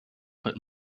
put